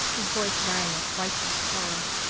his voice rang with righteous horror.